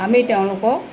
আমি তেওঁলোকক